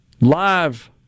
live